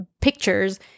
pictures